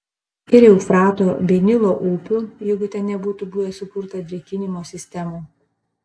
ir eufrato bei nilo upių jeigu ten nebūtų buvę sukurta drėkinimo sistemų